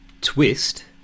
twist